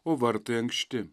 o vartai ankšti